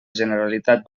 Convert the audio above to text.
generalitat